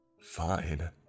Fine